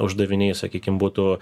uždaviniai sakykim būtų